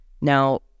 now